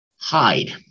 hide